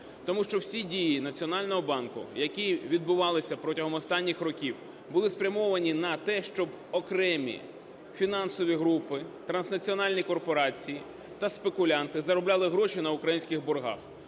тому що всі дії Національного банку, які відбувалися протягом останніх років, були спрямовані на те, щоб окремі фінансові групи, транснаціональні корпорації та спекулянти заробляли гроші на українських боргах.